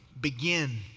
begin